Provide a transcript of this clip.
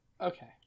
Okay